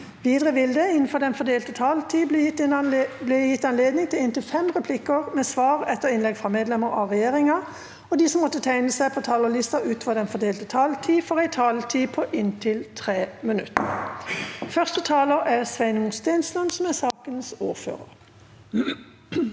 Videre vil det – innenfor den fordelte taletid – bli gitt anledning til inntil fem replikker med svar etter innlegg fra medlemmer av regjeringen, og de som måtte tegne seg på talerlisten utover den fordelte taletid, får en taletid på inntil 3 minutter. Alfred Jens Bjørlo får ordet for saksordfører